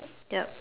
yup